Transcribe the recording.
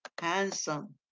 handsome